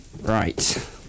Right